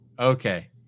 Okay